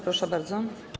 Proszę bardzo.